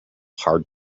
hard